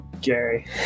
Gary